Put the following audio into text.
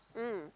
mm